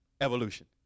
Evolution